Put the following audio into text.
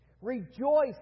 Rejoice